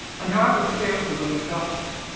and however fearful the results.